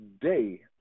day